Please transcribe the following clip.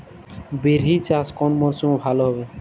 বিরি চাষ কোন মরশুমে ভালো হবে?